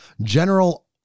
general